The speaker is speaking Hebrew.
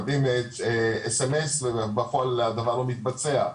מקבלים SMS ובכל הדבר לא מתבצע,